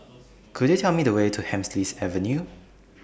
Could YOU Tell Me The Way to Hemsley Avenue